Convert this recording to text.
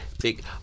big